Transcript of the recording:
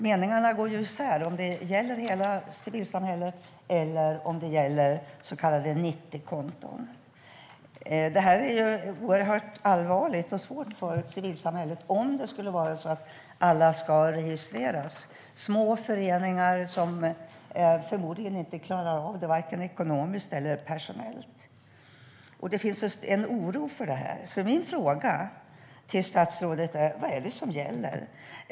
Meningarna går isär om registret gäller hela civilsamhället eller föreningar med så kallade 90-konton. Det är allvarligt och svårt för civilsamhället om alla ska registreras. Det finns små föreningar som förmodligen inte skulle klara av det vare sig ekonomiskt eller personellt. Det finns en oro. Vad är det som gäller?